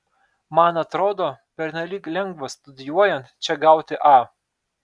man atrodo pernelyg lengva studijuojant čia gauti a